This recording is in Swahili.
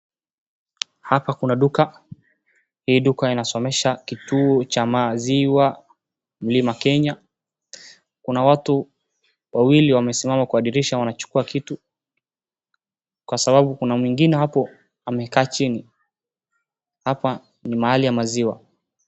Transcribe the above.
Hapa kuna duka hii duka inasomesha kituo cha maziwa mlima kenya. Kuna watu wawili wamesimama kwa dirisha wanachukua kitu kwa sababu kuna mwingine hapo amekaa chini hapa ni mahali ya maziwa.